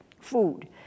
food